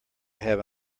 have